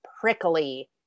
prickly